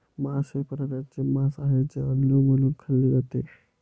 मांस हे प्राण्यांचे मांस आहे जे अन्न म्हणून खाल्ले जाते